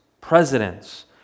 presidents